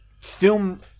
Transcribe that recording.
film